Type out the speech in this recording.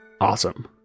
awesome